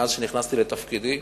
מאז שנכנסתי לתפקידי.